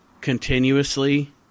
Continuously